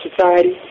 society